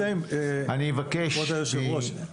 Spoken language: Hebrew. כרגע זה תיאורטי.